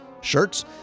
shirts